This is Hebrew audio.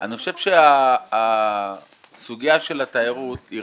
אני חושב שהסוגיה של התיירות היא